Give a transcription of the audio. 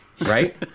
right